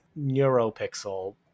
NeuroPixel